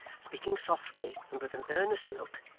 speaking softly and with an earnest look.